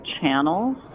channels